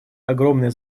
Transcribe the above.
огромные